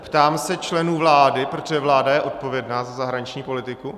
Ptám se členů vlády, protože vláda je odpovědná za zahraniční politiku.